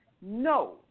No